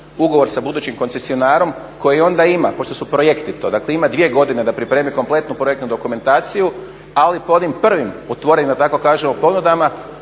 ugovor sa budućim koncesionarom koji onda ima pošto su projekti to, dakle ima dvije godine da pripremi kompletnu projektnu dokumentaciju ali po onim prvim otvorenim da tako kažem ponudama